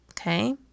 Okay